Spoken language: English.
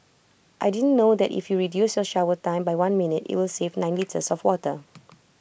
I didn't know that if you reduce your shower time by one minute IT will save nine litres of water